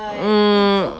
um